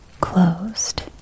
closed